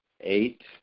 eight